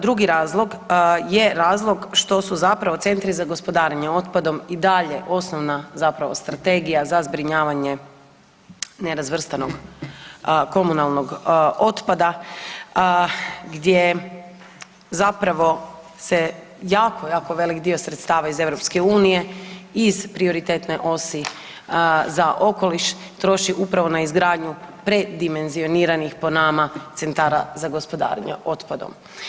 Drugi razlog je razlog što su zapravo Centri za gospodarenje otpadom i dalje osnovna zapravo strategija za zbrinjavanje nerazvrstanog komunalnog otpada gdje zapravo se jako jako velik dio sredstava iz EU iz prioritetne osi za okoliš troši upravo na izgradnju predimenzioniranih po nama Centara za gospodarenje otpadom.